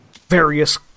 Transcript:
Various